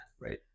Right